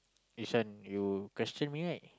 this one you question me right